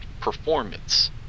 performance